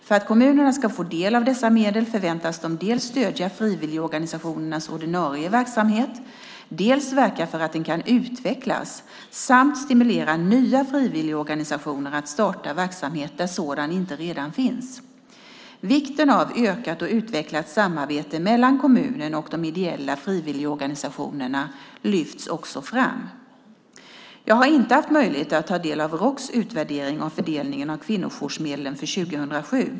För att kommunerna ska få del av dessa medel förväntas de dels stödja frivilligorganisationernas ordinarie verksamhet, dels verka för att den kan utvecklas samt stimulera nya frivilligorganisationer att starta verksamhet där sådan inte redan finns. Vikten av ett ökat och utvecklat samarbete mellan kommunen och de ideella frivilligorganisationerna lyfts också fram. Jag har inte haft möjlighet att ta del av Roks utvärdering av fördelningen av kvinnojoursmedlen för år 2007.